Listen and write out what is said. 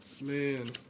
Man